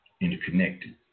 interconnected